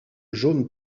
jaune